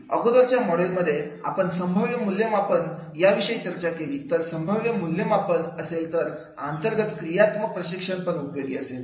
अगोदरच्या मॉडेलमध्ये आपण संभाव्य मूल्यमापन याविषयी चर्चा केली तर संभाव्य मूल्यमापन असेल तर अंतर्गत कार्यात्मक प्रशिक्षण पण उपयोगी असेल